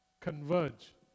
converge